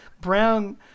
Brown